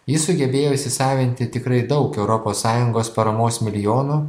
jis sugebėjo įsisavinti tikrai daug europos sąjungos paramos milijonų